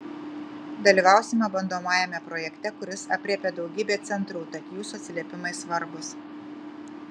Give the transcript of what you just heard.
dalyvausime bandomajame projekte kuris aprėpia daugybę centrų tad jūsų atsiliepimai svarbūs